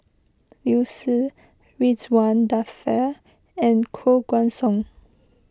Liu Si Ridzwan Dzafir and Koh Guan Song